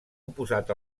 oposat